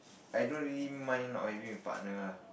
I don't really mind not having a partner lah